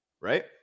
right